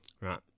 right